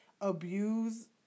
abuse